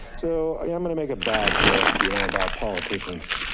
so i'm gonna make a bad joke you know about politicians.